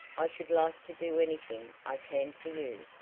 i should like to do anything i can for you.